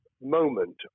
moment